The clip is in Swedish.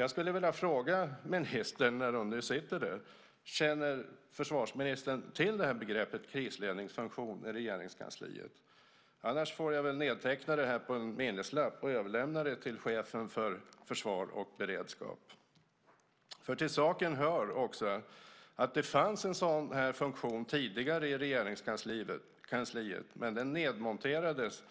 Jag skulle vilja fråga ministern, när hon nu sitter här: Känner försvarsministern till det här begreppet, krisledningsfunktion i Regeringskansliet? Annars får jag väl nedteckna det på en minneslapp och överlämna den till chefen för försvar och beredskap. Till saken hör också att det fanns en sådan funktion tidigare i Regeringskansliet, men den nedmonterades